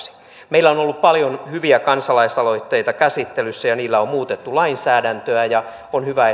meillä on ollut paljon hyviä kansalaisaloitteita käsittelyssä ja niillä on muutettu lainsäädäntöä on hyvä että